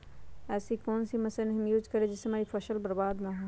ऐसी कौन सी मशीन हम यूज करें जिससे हमारी फसल बर्बाद ना हो?